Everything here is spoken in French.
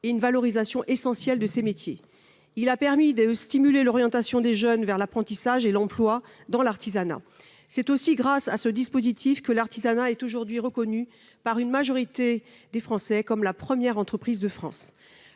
et une valorisation essentielle de ses métiers. Il a permis de stimuler l'orientation des jeunes vers l'apprentissage et l'emploi dans l'artisanat. C'est aussi grâce à ce dispositif que l'artisanat est aujourd'hui reconnu par une majorité des Français comme « la première entreprise de France